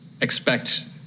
expect